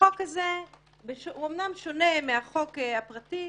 החוק הזה אמנם שונה מהחוק הפרטי,